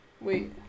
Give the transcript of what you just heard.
Wait